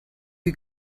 you